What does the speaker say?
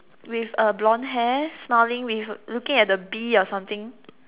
with a blond hair smiling with looking at the bee or something